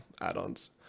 add-ons